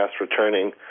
returning